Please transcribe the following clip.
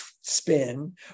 spin